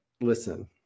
listen